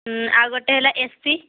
ଆଉ ଗୋଟେହେଲା ଏସି